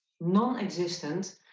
non-existent